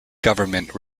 government